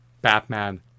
Batman